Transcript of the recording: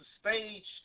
staged